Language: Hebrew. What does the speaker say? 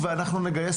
לא ראיתי